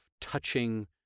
touching